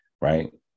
Right